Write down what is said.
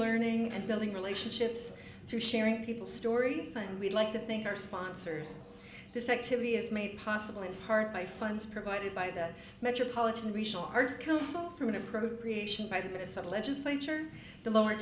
learning and building relationships through sharing people stories and we'd like to thank our sponsors this activity is made possible in part by funds provided by the metropolitan regional arts council through an appropriation by the minnesota legislature the lower